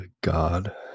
god